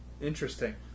Interesting